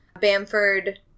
Bamford